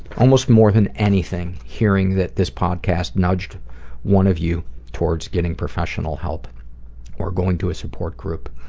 almost more than anything hearing that this podcast nudged one of you towards getting professional help or going to a support group.